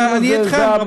אני אתכם,